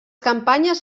campanyes